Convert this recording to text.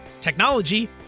technology